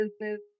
business